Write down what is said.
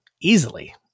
easily